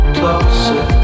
closer